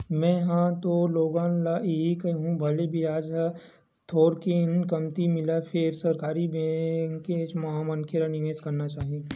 में हा ह तो लोगन ल इही कहिहूँ भले बियाज ह थोरकिन कमती मिलय फेर सरकारी बेंकेच म मनखे ल निवेस करना चाही